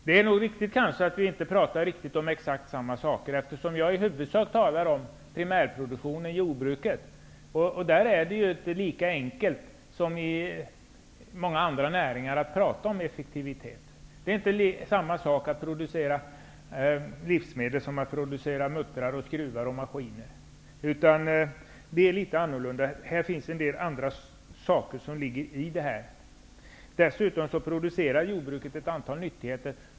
Fru talman! Det är nog riktigt att vi inte pratar om exakt samma saker. Jag talar ju i huvudsak om primärproduktionen i jordbruket. Det är ju inte lika enkelt som när det gäller många andra näringar att prata om effektivitet. Det är inte samma sak att producera livsmedel som att producera muttrar, skruvar och maskiner. Det är litet annorlunda. Det finns en del andra saker som ligger i det här. Dessutom producerar jordbruket ett antal nyttigheter.